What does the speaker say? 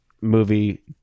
movie